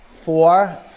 Four